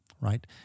right